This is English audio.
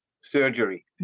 surgery